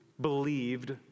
believed